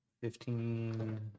fifteen